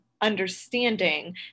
understanding